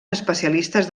especialistes